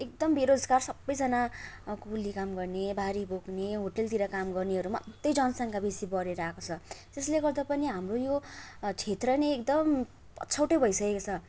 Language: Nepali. एकदम बेरोजगार सबैजना कुली काम गर्ने भारी बोक्ने होटलहरूतिर काम गर्नेहरू मात्रै जनसङ्ख्या बेसी बढेर आएको छ जसले गर्दा पनि हाम्रो यो क्षेत्र नै एकदम पछौटे भइसकेको छ